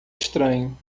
estranho